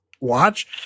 watch